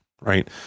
right